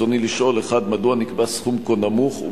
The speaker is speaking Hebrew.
רצוני לשאול: 1. מדוע נקבע סכום כה נמוך,